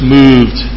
moved